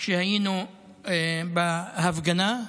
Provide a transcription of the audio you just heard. כשהיינו בהפגנה.